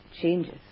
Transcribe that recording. changes